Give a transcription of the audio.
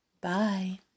Bye